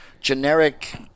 generic